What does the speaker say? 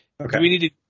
Okay